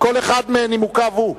אחד מנימוקיו הוא.